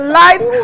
life